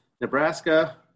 Nebraska